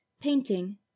Painting